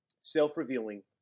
self-revealing